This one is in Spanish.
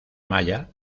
malla